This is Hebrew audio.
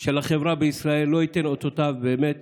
של החברה בישראל לא ייתנו אותותיהם, ובאמת